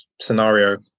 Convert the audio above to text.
scenario